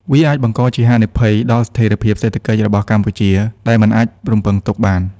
វាអាចបង្កជាហានិភ័យដល់ស្ថិរភាពសេដ្ឋកិច្ចរបស់កម្ពុជាដែលមិនអាចរំពឹងទុកបាន។